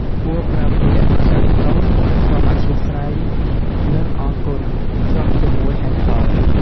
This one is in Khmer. គួរប្រើពាក្យ "សូមទោស", "សូមអធ្យាស្រ័យ" និង "អរគុណ" ភ្ជាប់ជាមួយហេតុផល។